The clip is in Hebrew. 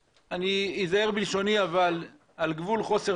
- אני אזהר בלשוני - אבל על גבול חוסר